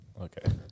okay